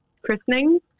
christening